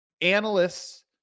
analysts